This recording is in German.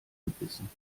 gebissen